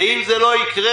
אם זה לא יקרה,